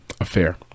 affair